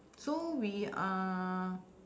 so we are